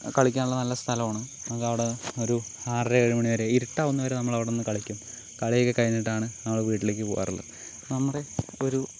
കളിക്കാനുള്ള നല്ല സ്ഥലമാണ് നമുക്കവിടെ ഒരു ആറര ഏഴുമണിവരെ ഇരുട്ടാവുന്നതുവരെ നമ്മളവിടുന്ന് കളിക്കും കളിയൊക്കെ കഴിഞ്ഞിട്ടാണ് നമ്മൾ വീട്ടിലേക്ക് പോവാറുള്ളത് നമ്മുടെ ഒരു